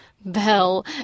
bell